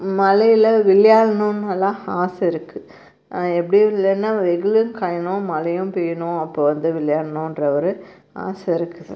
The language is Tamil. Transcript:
மழைல விளையாடணும்னாலா ஆசை இருக்குது எப்படி இல்லைன்னா வெயிலும் காயணும் மழையும் பெயணும் அப்போ வந்து விளையாடணும்ன்ற ஒரு ஆசை இருக்குது